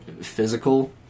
physical